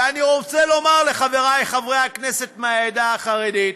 ואני רוצה לומר לחברי חברי הכנסת מהעדה החרדית: